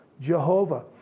Jehovah